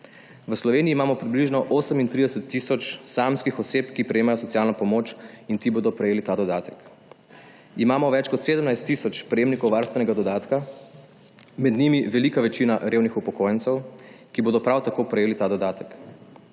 V Sloveniji imamo približno 38 tisoč samskih oseb, ki prejemajo socialno pomoč in ti bodo prejeli ta dodatek. Imamo več kot 17 tisoč prejemnikov varstvenega dodatka, med njimi velika večina revnih upokojencev, ki bodo prav tako prejeli ta dodatek.